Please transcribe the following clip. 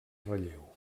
relleu